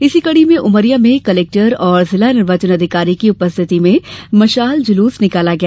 इसी कडी में उमरिया में कलेक्टर और जिला निर्वाचन अधिकारी की उपस्थिति में मशाल जुलुस निकाला गया